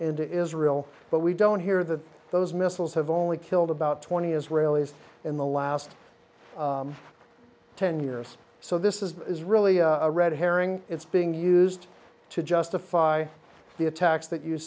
into israel but we don't hear that those missiles have only killed about twenty israelis in the last ten years so this is really a red herring it's being used to justify the attacks that you